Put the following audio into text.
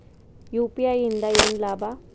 UPI ಇಂದ ಏನ್ ಲಾಭ?